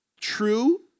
true